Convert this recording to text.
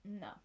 no